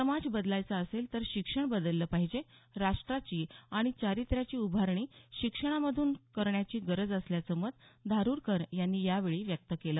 समाज बदलायचा असेल तर शिक्षण बदललं पाहिजे राष्ट्राची आणि चारित्र्याची उभारणी शिक्षणामधून करण्याची गरज असल्याचं मत धारुरकर यांनी व्यक्त केलं